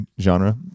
genre